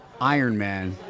Ironman